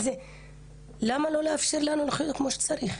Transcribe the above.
אז למה לא לאפשר לנו לחיות כמו שצריך?